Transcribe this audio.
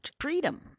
freedom